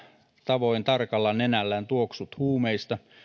tavoin tarkalla nenällään tuoksut huumeista